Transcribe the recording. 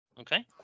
okay